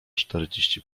czterdzieści